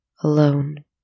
alone